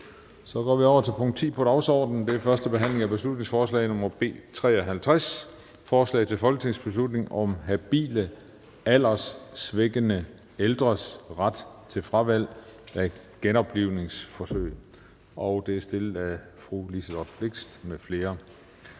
--- Det næste punkt på dagsordenen er: 10) 1. behandling af beslutningsforslag nr. B 53: Forslag til folketingsbeslutning om habile alderssvækkede ældres ret til fravalg af genoplivningsforsøg. Af Liselott Blixt (DF) m.fl.